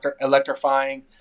electrifying